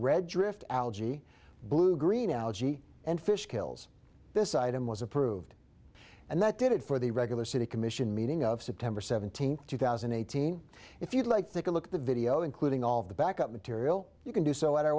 red drift algae blue green algae and fish kills this item was approved and that did it for the regular city commission meeting of september seventeenth two thousand and eighteen if you'd like think a look at the video including all of the backup material you can do so at our